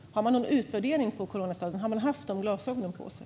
Har man gjort någon utvärdering av coronastöden? Har man haft dessa glasögon på sig?